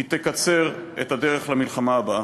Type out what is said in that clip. כך תקוצר הדרך למלחמה הבאה.